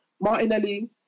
Martinelli